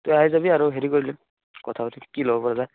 তই আহি যাবি আৰু হেৰি কৰি ল'ম কথা পাতি ল'ম কি ল'ব পৰা যায়